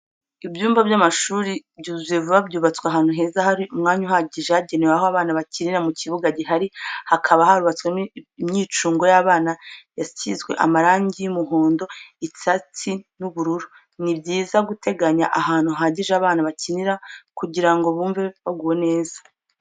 Ibyumba by'amashuri byuzuye vuba byubatswe ahantu heza hari umwanya uhagije wagenewe aho abana bakinira mu kibuga gihari hakaba harubatswemo imyicungo y'abana yasizwe amarangi y'umuhondo, icyatsi n'ubururu. Ni byiza guteganya ahantu hahagije abana bakinira kugira ngo bumwe baguwe neza.